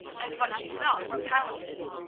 and what she thought were palaces,